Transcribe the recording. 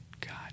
God